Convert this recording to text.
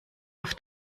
auf